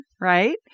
right